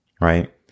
right